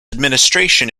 administration